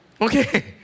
Okay